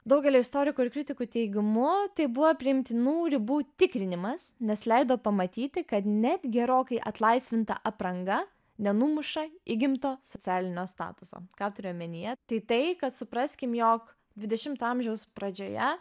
daugelio istorikų ir kritikų teigimu tai buvo priimtinų ribų tikrinimas nes leido pamatyti kad net gerokai atlaisvinta apranga nenumuša įgimto socialinio statuso ką turiu omenyje tai tai kad supraskim jog dvidešimto amžiaus pradžioje